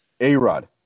A-Rod